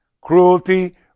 cruelty